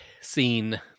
scene